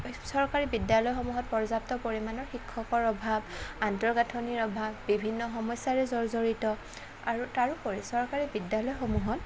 চৰকাৰী বিদ্যালয়সমূহত পৰ্যাপ্ত পৰিমাণৰ শিক্ষকৰ অভাৱ আন্তঃগাঠনিৰ অভাৱ বিভিন্ন সমস্যাৰে জৰ্জৰিত আৰু তাৰোপৰি চৰকাৰী বিদ্যালয়সমূহত